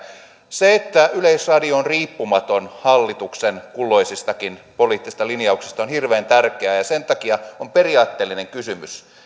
se että yleisradio on riippumaton hallituksen kulloisistakin poliittisista linjauksista on hirveän tärkeää sen takia on periaatteellinen kysymys